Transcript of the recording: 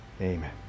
Amen